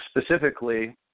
specifically